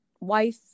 wife